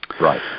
Right